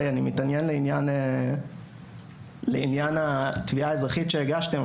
אני מתעניין בעניין התביעה האזרחית שהגשתם,